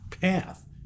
path